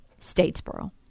Statesboro